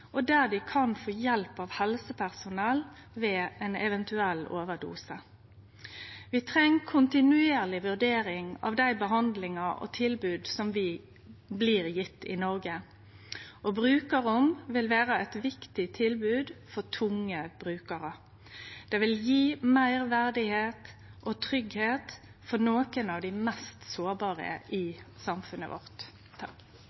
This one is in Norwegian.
og der dei kan få hjelp av helsepersonell ved ein eventuell overdose. Vi treng kontinuerleg vurdering av dei behandlingar og tilbod som blir gjevne i Noreg. Brukarrom vil vere eit viktig tilbod for tunge brukarar. Det vil gje meir verdigheit og tryggleik for nokre av dei mest sårbare i